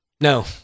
no